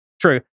true